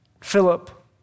Philip